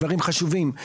דברים חשובים.